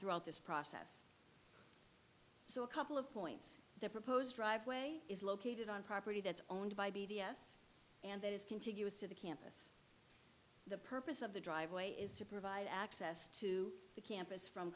throughout this process so a couple of points the proposed driveway is located on property that's owned by b t s and that is contiguous to the campus the purpose of the driveway is to provide access to the campus from